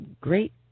great